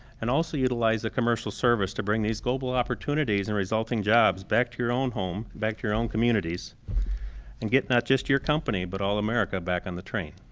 and also utilize the commercial service to bring these global opportunities and resulting jobs back to your own home, back to your own communities and get not just your company but all america back on the train.